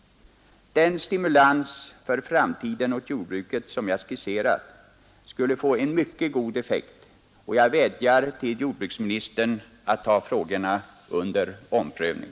Den stimulans för framtiden åt jordbruket som jag skisserat skulle få en mycket god effekt, och jag vädjar till jordbruksministern att ta frågorna under omprövning.